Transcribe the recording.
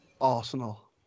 Arsenal